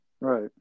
right